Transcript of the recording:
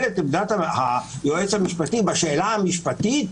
את עמדת היועץ המשפטי בשאלה המשפטית,